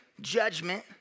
judgment